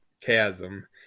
chasm